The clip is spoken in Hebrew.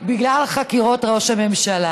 בגלל חקירות ראש הממשלה,